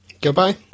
goodbye